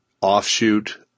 offshoot